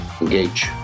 Engage